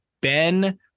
Ben